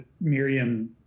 Miriam